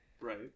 Right